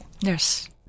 Yes